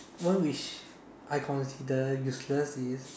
one which I consider useless is